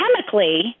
chemically